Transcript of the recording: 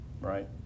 right